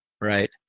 right